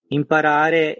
imparare